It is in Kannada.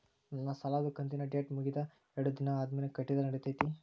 ನನ್ನ ಸಾಲದು ಕಂತಿನ ಡೇಟ್ ಮುಗಿದ ಎರಡು ದಿನ ಆದ್ಮೇಲೆ ಕಟ್ಟಿದರ ನಡಿತೈತಿ?